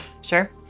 Sure